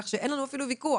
כך שאין לנו ויכוח.